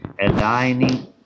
aligning